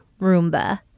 Roomba